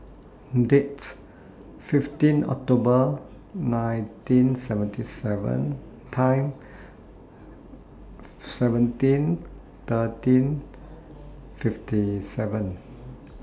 Date fifteen October nineteen seventy seven Time seventeen thirteen fifty seven